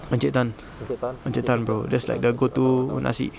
encik tan encik tan bro that's like the go to nasi